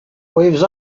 waves